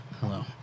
Hello